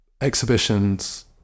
exhibitions